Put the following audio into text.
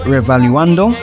Revaluando